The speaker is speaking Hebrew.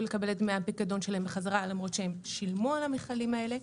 לקבל את דמי הפיקדון שלהם בחזרה למרות שהם שילמו על המכלים האלה.